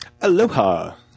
Aloha